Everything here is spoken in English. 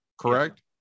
correct